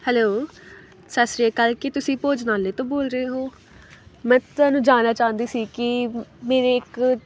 hello Sat Sri Akal ਕੀ ਤੁਸੀਂ ਭੋਜਨਆਲੇ ਤੋਂ ਬੋਲ ਰਹੇ ਹੋ ਮੈਂ ਤੁਹਾਨੂੰ ਜਾਨਣਾ ਚਾਹੁੰਦੀ ਸੀ ਕਿ ਮੇਰੇ